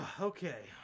Okay